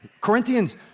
Corinthians